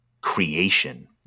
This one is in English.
creation